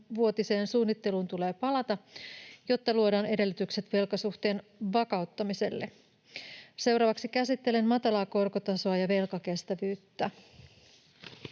monivuotiseen suunnitteluun tulee palata, jotta luodaan edellytykset velkasuhteen vakauttamiselle. Seuraavaksi käsittelen matalaa korkotasoa ja velkakestävyyttä: